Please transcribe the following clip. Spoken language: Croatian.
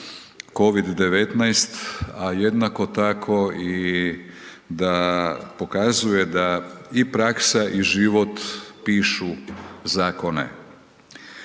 COVID-19, a jednako tako i da pokazuje da i praksa i život pišu zakone.